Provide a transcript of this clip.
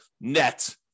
net